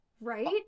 right